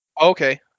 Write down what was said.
Okay